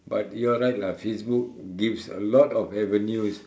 but you're right lah Facebook gives a lot of avenues